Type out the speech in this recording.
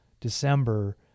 December